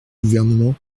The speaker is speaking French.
gouvernement